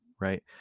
Right